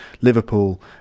Liverpool